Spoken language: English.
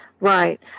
Right